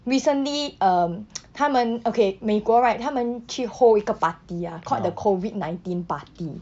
recently um 他们 okay 美国 right 他们去 hold 一个 party ah called the COVID nineteen party